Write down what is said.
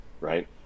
right